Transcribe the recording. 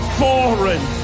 foreign